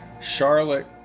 Charlotte